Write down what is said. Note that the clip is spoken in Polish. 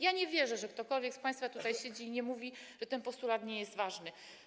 Ja nie wierzę, że ktokolwiek z państwa tutaj siedzących mówi, że ten postulat nie jest ważny.